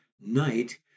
night